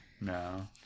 No